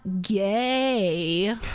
gay